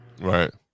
Right